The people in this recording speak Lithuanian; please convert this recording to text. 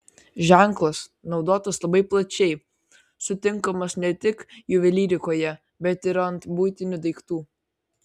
ženklas naudotas labai plačiai sutinkamas ne tik juvelyrikoje bet ir ant buitinių daiktų